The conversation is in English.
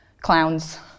Clowns